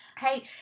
Hey